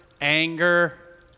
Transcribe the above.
anger